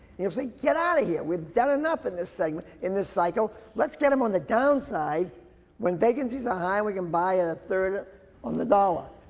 you'll say get out of here, we've done enough in this segment in this cycle. let's get him on the down side when vacancies are high we can buy a third on the dollar.